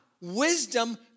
Wisdom